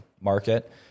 market